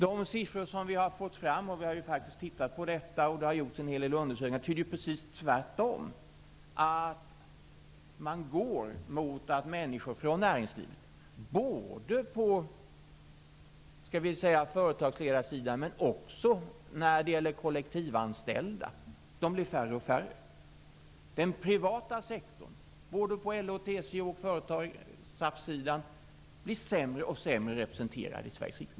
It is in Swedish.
De siffror som vi har fått fram, och vi har ju faktiskt tittat på detta och det har gjorts en hel del undersökningar, tyder på precis det motsatta. Utvecklingen går mot att människor från näringslivet, både på företagsledarsidan och när det gäller kollektivanställda, blir färre och färre. Den privata sektorn, både på LO:s och TCO:s och på SAF:s sida, blir sämre och sämre representerad i Sveriges riksdag.